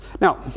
Now